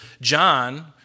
John